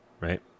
right